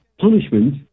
punishment